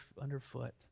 underfoot